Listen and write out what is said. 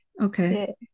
Okay